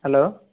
hello